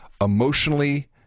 emotionally